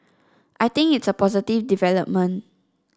I think it's a positive development